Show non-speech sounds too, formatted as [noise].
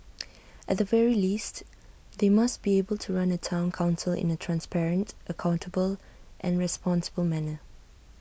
[noise] at the very least they must be able to run A Town Council in A transparent accountable and responsible manner